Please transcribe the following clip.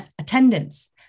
attendance